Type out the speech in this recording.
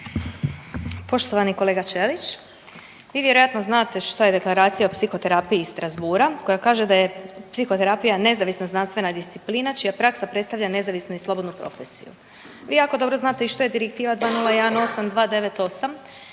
Poštovani kolega Ćelić, vi vjerojatno znate šta je Deklaracija o psihoterapiji iz Strasbourga koja kaže da je psihoterapija nezavisna znanstvena disciplina čija praksa predstavlja nezavisnu i slobodnu profesiju. Vi jako dobro znate i što je Direktiva 2018/298